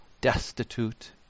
destitute